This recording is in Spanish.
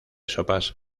sopas